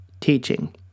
teaching